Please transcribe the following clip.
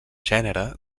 gènere